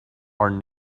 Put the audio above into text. are